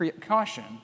caution